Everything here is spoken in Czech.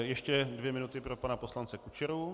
Ještě dvě minuty pro pana poslance Kučeru.